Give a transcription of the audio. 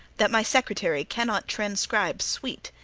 that my secretary cannot transcribe sweet,